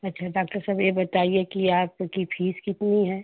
अच्छा डाक्टर साब ये बताइए कि आप की फीस कितनी है